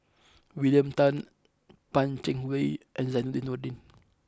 William Tan Pan Cheng Lui and Zainudin Nordin